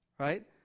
Right